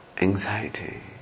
anxiety